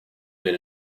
been